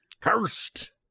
Cursed